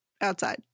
outside